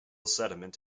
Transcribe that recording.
sediment